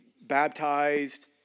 baptized